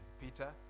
Peter